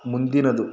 ಮುಂದಿನದು